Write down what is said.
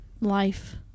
life